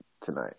tonight